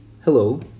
Hello